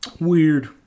Weird